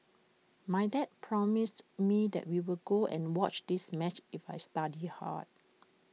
my dad promised me that we will go and watch this match if I studied hard